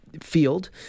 field